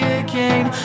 again